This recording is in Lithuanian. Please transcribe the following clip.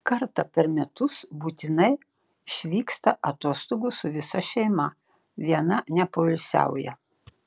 kartą per metus būtinai išvyksta atostogų su visa šeima viena nepoilsiauja